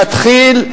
להתחיל,